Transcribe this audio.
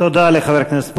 תודה לחבר הכנסת מוזס.